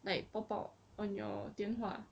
like pop out on your 电话